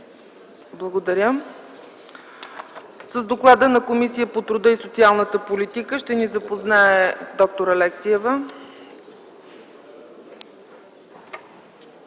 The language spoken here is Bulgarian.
Благодаря. С доклада на Комисията по труда и социалната политика ще ни запознае д-р Алексиева.